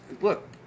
look